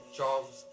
jobs